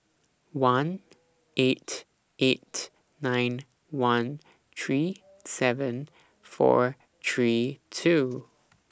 one eight eight nine one three seven four three two